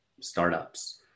startups